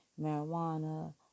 marijuana